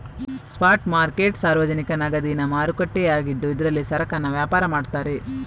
spot market ಸಾರ್ವಜನಿಕ ನಗದಿನ ಮಾರುಕಟ್ಟೆ ಆಗಿದ್ದು ಇದ್ರಲ್ಲಿ ಸರಕನ್ನ ವ್ಯಾಪಾರ ಮಾಡ್ತಾರೆ